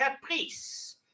caprice